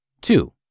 Two